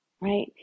right